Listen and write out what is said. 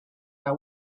our